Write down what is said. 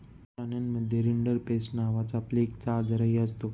प्राण्यांमध्ये रिंडरपेस्ट नावाचा प्लेगचा आजारही असतो